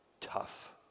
tough